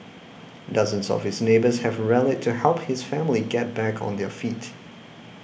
dozens of his neighbours have rallied to help his family get back on their feet